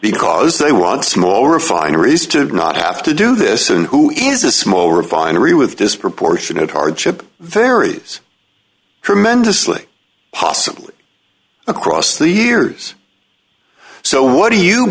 because they want small refineries to not have to do this and who is a small refinery with disproportionate hardship very tremendously possibly across the years so what do you